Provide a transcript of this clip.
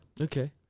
Okay